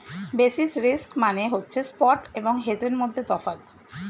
basis risk মানে হচ্ছে spot এবং হেজের মধ্যে তফাৎ